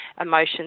emotions